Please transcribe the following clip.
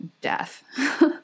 death